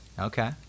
Okay